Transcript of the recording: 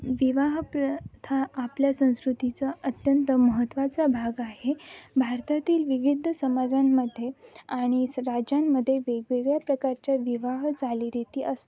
विवाह प्रथा आपल्या संस्कृतीचा अत्यंत महत्त्वाचा भाग आहे भारतातील विविध समाजांमध्ये आणि स राज्यांमध्ये वेगवेगळ्या प्रकारच्या विवाह चालीरिती असतात